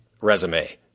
resume